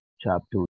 chapter